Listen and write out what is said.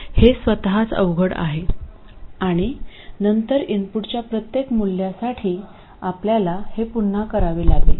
हे स्वतःच अवघड आहे आणि नंतर इनपुटच्या प्रत्येक मूल्यासाठी आपल्याला हे पुन्हा करावे लागेल